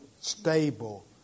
stable